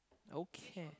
okay